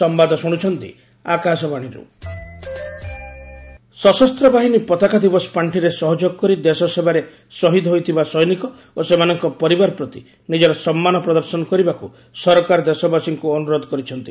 ସଶସ୍ତ୍ର ବାହିନୀ ପତାକା ଦିବସ ପାଶ୍ଚି ସଶସ୍ତ ବାହିନୀ ପତାକା ଦିବସ ପାଶ୍ଚିରେ ସହଯୋଗ କରି ଦେଶ ସେବାରେ ସହୀଦ ହୋଇଥିବା ସୈନିକ ଓ ସେମାନଙ୍କ ପରିବାର ପ୍ରତି ନିଜର ସମ୍ମାନ ପ୍ରଦର୍ଶନ କରିବାକୁ ସରକାର ଦେଶବାସୀଙ୍କ ଅନ୍ତରୋଧ କରିଛନ୍ତି